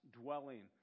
dwelling